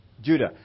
Judah